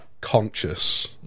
conscious